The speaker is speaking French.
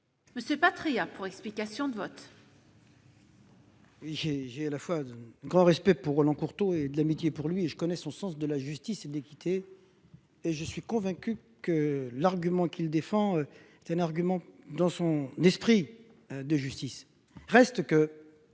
François Patriat, pour explication de vote. J'ai à la fois un grand respect pour Roland Courteau et de l'amitié pour lui, et je connais son sens de la justice et de l'équité. Je suis convaincu que l'argument qu'il défend, dans son esprit, est un argument de justice. Reste qu'il